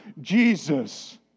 Jesus